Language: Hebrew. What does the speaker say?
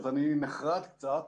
אז אני נחרד קצת.